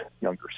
younger